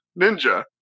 ninja